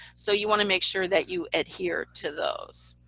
so you want to make sure that you adhere to those.